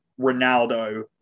Ronaldo